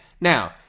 Now